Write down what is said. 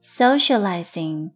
socializing